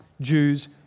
Jews